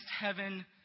heaven